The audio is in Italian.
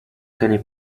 cane